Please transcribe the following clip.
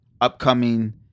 upcoming